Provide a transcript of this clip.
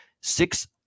Six